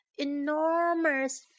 enormous